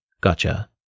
Gotcha